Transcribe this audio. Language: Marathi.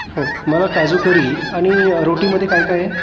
हो मला काजू करी आणि रोटीमध्ये काय काय आहे